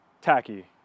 tacky